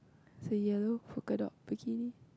so yellow polka dot bikini